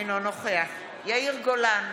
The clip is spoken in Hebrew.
אינו נוכח יאיר גולן,